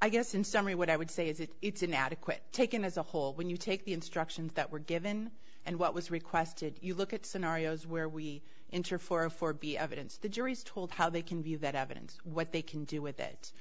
i guess in summary what i would say is that it's inadequate taken as a whole when you take the instructions that were given and what was requested you look at scenarios where we enter for a for b evidence the jury is told how they can view that evidence what they can do with it